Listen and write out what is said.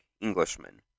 Englishman